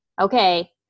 okay